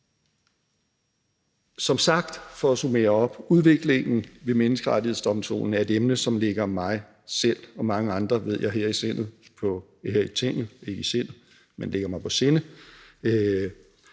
Som sagt – for at summere op – er udviklingen ved Menneskerettighedsdomstolen et emne, som ligger mig selv og mange andre, ved jeg, her i Tinget